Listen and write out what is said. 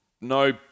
no